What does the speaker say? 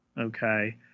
okay